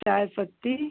चाय पत्ती